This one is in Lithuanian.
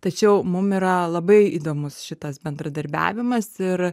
tačiau mum yra labai įdomus šitas bendradarbiavimas ir